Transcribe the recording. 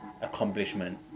accomplishment